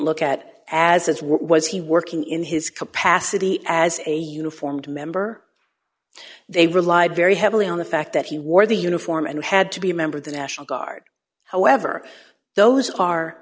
look at as as what was he working in his capacity as a uniformed member they relied very heavily on the fact that he wore the uniform and had to be a member of the national guard however those are